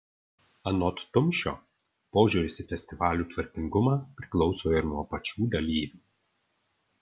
anot tumšio požiūris į festivalių tvarkingumą priklauso ir nuo pačių dalyvių